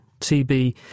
tb